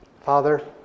Father